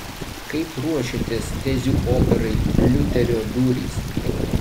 kaip ruošiatės tezių operai liuterio durys